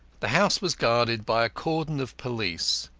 the house was guarded by a cordon of police,